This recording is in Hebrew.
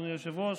אדוני היושב-ראש,